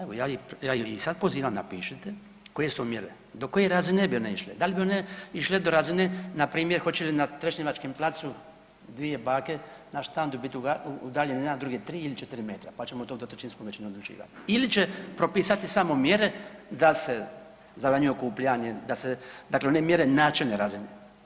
Evo ja ih i sad pozivam napišite, koje su mjere, do koje bi razine one išle, da li bi one išle do razine npr. hoće li na Trešnjevačkom placu dvije bake na štandu biti udaljene jedna od druge 3 ili 4 metra, pa ćemo onda to dvotrećinskom većinom odlučivat ili će propisati samo mjere da se zabranjuje okupljanje, da se dakle one mjere načelne razine.